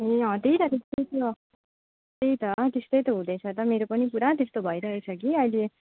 ए अँ त्यही त त्यस्तै छ त्यही त त्यस्तै हुँदैछ त मेरो पनि पुरा त्यस्तो भइराखेको छ कि अहिले